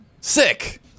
sick